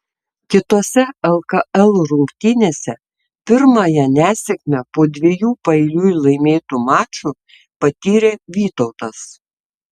kitose lkl rungtynėse pirmąją nesėkmę po dviejų paeiliui laimėtų mačų patyrė vytautas